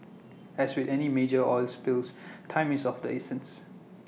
as with any major oil spills time is of the essence